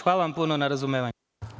Hvala vam puno na razumevanju.